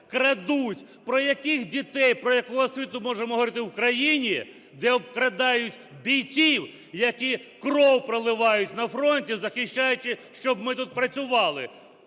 крадуть. Про яких дітей, про яку освіту ми можемо говорити в країні, де обкрадають бійців, які кров проливають на фронті, захищаючи, щоб ми тут працювали?!